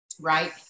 right